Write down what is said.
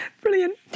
Brilliant